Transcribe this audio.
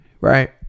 right